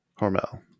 Hormel